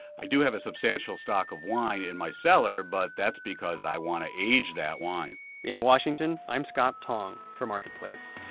i do have a substantial stock of wine in my cellar, but that's because i want to age that wine in washington, i'm scott tong for marketplace